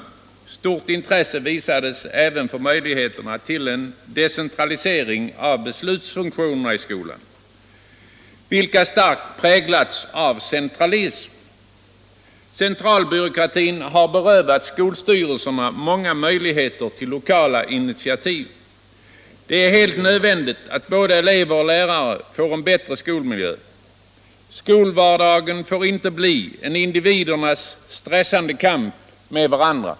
Stort intresse Allmänpolitisk debatt 75 debatt visades även för möjligheterna till decentralisering av beslutsfunktionerna i skolan, vilka starkt präglats av centralism. Centralbyråkratin har berövat skolstyrelserna många möjligheter till lokala initiativ. Det är helt nödvändigt att både elever och lärare får en bättre skolmiljö. Skolvardagen får inte bli en individernas stressande kamp med varandra.